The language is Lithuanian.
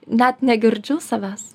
net negirdžiu savęs